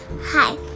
Hi